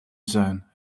zone